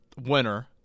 winner